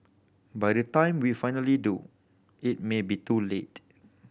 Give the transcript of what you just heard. by the time we finally do it may be too late